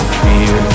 fear